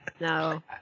no